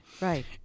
right